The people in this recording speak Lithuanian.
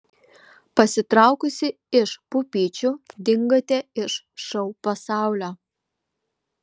pasitraukusi iš pupyčių dingote iš šou pasaulio